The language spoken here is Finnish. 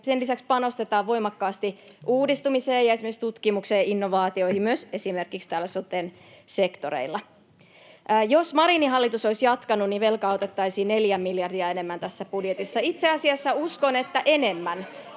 Sen lisäksi panostetaan voimakkaasti uudistumiseen ja esimerkiksi tutkimukseen ja innovaatioihin myös esimerkiksi täällä soten sektoreilla. Jos Marinin hallitus olisi jatkanut, velkaa otettaisiin neljä miljardia enemmän tässä budjetissa. [Suna Kymäläinen: